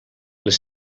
les